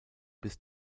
bis